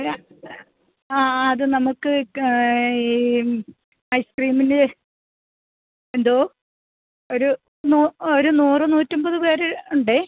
യ ആ അത് നമുക്ക് ഈ ഐസ്ക്രീമിന് എന്തോ ഒരു ഒര് നൂറ് നൂറ്റമ്പത് പേര് ഉണ്ട്